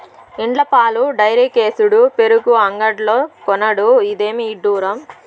ఇండ్ల పాలు డైరీకేసుడు పెరుగు అంగడ్లో కొనుడు, ఇదేమి ఇడ్డూరం